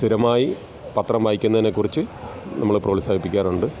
സ്ഥിരമായി പത്രം വായിക്കുന്നതിനെ കുറിച്ച് നമ്മൾ പ്രോത്സാഹിപ്പിക്കാറുണ്ട്